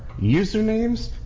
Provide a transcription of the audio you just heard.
usernames